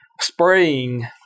spraying